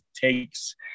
takes